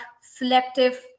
selective